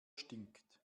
stinkt